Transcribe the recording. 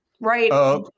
right